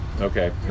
Okay